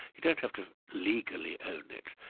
you don't have to legally own it,